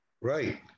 Right